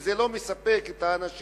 שזה לא מספק את האנשים.